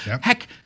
Heck